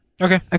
Okay